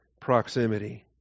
proximity